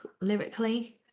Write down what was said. lyrically